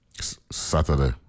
Saturday